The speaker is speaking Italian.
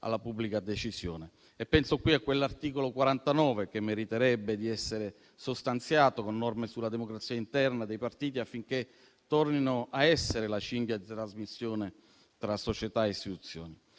alla pubblica decisione. Penso qui a quell'articolo 49 che meriterebbe di essere sostanziato con norme sulla democrazia interna dei partiti, affinché tornino a essere la cinghia di trasmissione tra società e istituzioni.